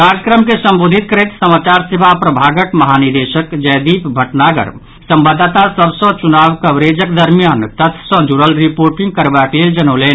कार्यक्रम के संबोधित करैत समाचार सेवा प्रभागक महानिदेशक जयदीप भटनागर संवाददाता सभ सँ चूनाव कवरेजक दरमियान तथ्य सॅ जुड़ल रिर्पोटिंग करबाक लेल जनौलनि